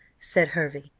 said hervey.